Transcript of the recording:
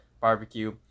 barbecue